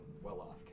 well-off